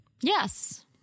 Yes